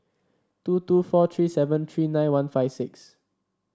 two two four three seven three nine one five six